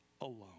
alone